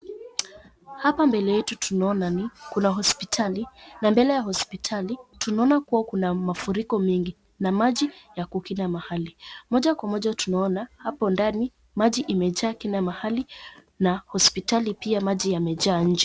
Hapa mbele yetu tunaona ni kuna hospitali na mbele ya hospitali tunaona kuwa kuna mafuriko mengi na maji yako kila mahali. Moja kwa moja tunaona hapo ndani maji imejaa kila mahali na hospitali maji yamejaa nje.